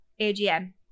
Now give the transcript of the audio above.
AGM